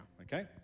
okay